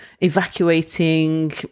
evacuating